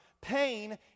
pain